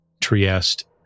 Trieste